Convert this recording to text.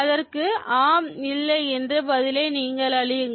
இதற்கு ஆம் இல்லை என்ற பதிலை நீங்கள் அளியுங்கள்